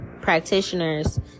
practitioners